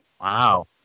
wow